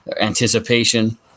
anticipation